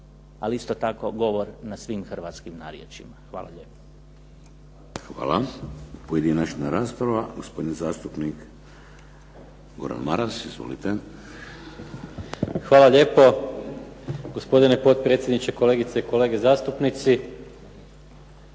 ali isto tako govor na svim hrvatskim narječjima. Hvala lijepo. **Šeks, Vladimir (HDZ)** Hvala. Pojedinačna rasprava. Gospodin zastupnik Gordan Maras. Izvolite. **Maras, Gordan (SDP)** Hvala lijepo. Gospodine potpredsjedniče, kolegice i kolege zastupnici.